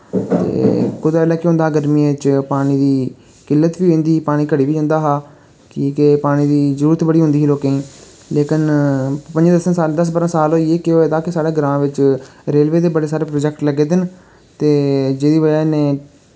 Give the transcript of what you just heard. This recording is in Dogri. ते कुतै बेल्लै केह् होंदा गर्मियें च पानी दी किल्लत बी होई जंदी ही पानी घटी बी जंदा हा की के पानी दी जरूरत बड़ी होंदी ही लोकें लेकन प'ञें दस्सें साल दस बारां साल होई गे के होए दा कि साढ़े ग्रां बिच रेलवे दे बड़े सारे प्रोजैक्ट लग्गे दे न ते जेह्दी वजह् कन्नै